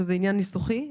שזה עניין ניסוחי,